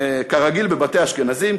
כרגיל בבתי האשכנזים,